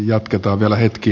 jatketaan vielä hetki